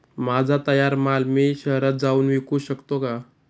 माझा तयार माल मी शहरात जाऊन विकू शकतो का?